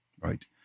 right